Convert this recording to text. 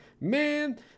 man